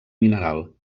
mineral